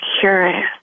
curious